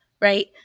Right